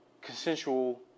consensual